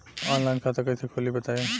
Online खाता कइसे खोली बताई?